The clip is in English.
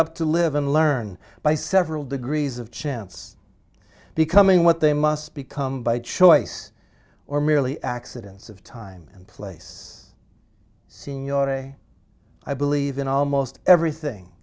up to live and learn by several degrees of chance becoming what they must become by choice or merely accidents of time and place signore i believe in almost everything